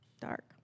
Dark